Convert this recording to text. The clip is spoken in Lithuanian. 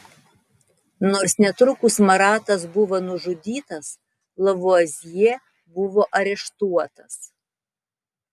nors netrukus maratas buvo nužudytas lavuazjė buvo areštuotas